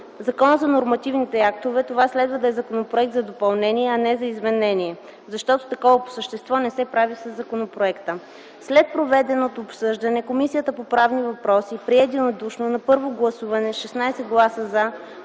Закона за нормативните актове това следва да е законопроект за допълнение, а не и за изменение, защото такова по същество не се прави със законопроекта. След проведеното обсъждане Комисията по правни въпроси прие единодушно на първо гласуване с 16 гласа “за”